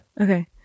Okay